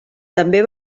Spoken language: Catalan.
també